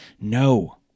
No